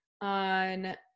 on